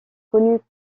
connue